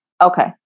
Okay